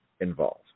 involved